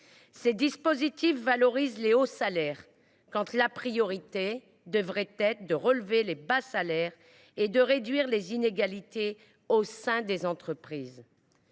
Ces dispositifs valorisent les hauts salaires quand la priorité devrait être de relever les bas salaires et de réduire les inégalités au sein des entreprises.